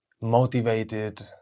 Motivated